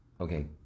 Okay